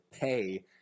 pay